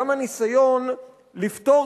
וגם הניסיון לפתור,